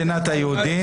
לא מדינת היהודים.